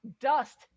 Dust